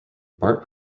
bart